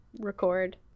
record